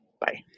Bye